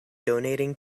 donating